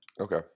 Okay